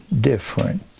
different